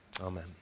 Amen